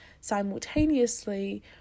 simultaneously